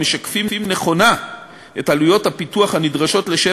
המשקפים נכונה את עלויות הפיתוח הנדרשות לשם